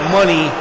money